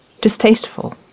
Distasteful